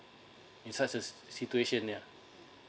in such a situation yeah